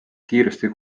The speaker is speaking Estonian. kiiresti